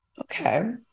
Okay